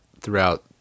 throughout